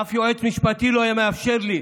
ואף יועץ משפטי לא היה מאפשר לי,